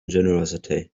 generosity